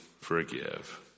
forgive